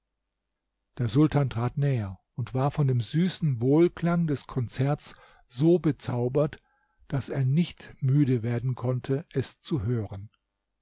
der sultan trat näher und war von dem süßen wohlklang des konzerts so bezaubert daß er nicht müde werden konnte es zu hören